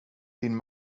din